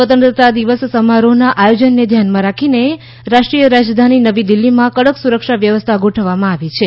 સ્વતંત્રતા દિવસ સમારોહના આયોજનને ધ્યાનમાં રાખીને રાષ્ટ્રીય રાજધાની નવી દિલ્હીમાં કડક સુરક્ષા વ્યવસ્થા ગોઠવવામાં આવી છે